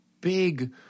big